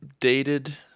dated